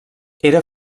era